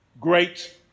Great